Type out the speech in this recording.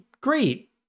great